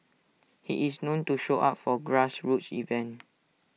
he is known to show up for grassroots event